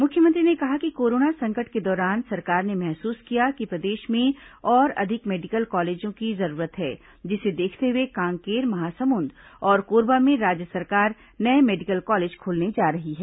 मुख्यमंत्री ने कहा कि कोरोना संकट के दौरान सरकार ने महसूस किया कि प्रदेश में और अधिक मेडिकल कॉलेजों की जरूरत है जिसे देखते हुए कांकेर महासमुंद और कोरबा में राज्य सरकार नये मेडिकल कॉलेज खोलने जा रही है